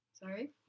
Sorry